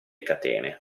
catene